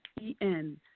E-N